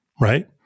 right